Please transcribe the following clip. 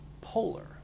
polar